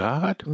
God